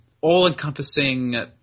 all-encompassing